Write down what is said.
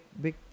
big